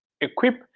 equip